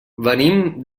venim